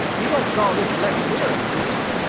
you don't call this electioneering, do you?